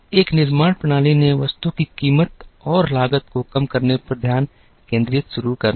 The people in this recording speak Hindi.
इसलिए एक निर्माण प्रणाली ने वस्तु की कीमत और लागत को कम करने पर ध्यान केंद्रित करना शुरू कर दिया